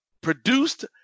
produced